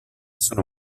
sono